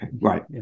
Right